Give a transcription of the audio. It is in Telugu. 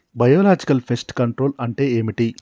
బయోలాజికల్ ఫెస్ట్ కంట్రోల్ అంటే ఏమిటి?